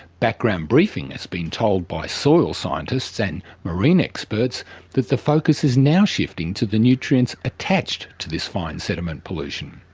background briefing has been told by soil scientists and marine experts that the focus is now shifting to the nutrients attached to this fine sediment pollution.